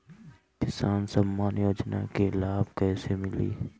किसान सम्मान योजना के लाभ कैसे मिली?